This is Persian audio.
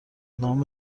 نام